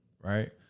right